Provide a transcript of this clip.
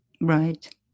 right